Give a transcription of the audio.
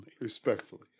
Respectfully